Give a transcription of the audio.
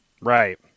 Right